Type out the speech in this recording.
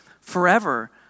forever